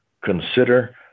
consider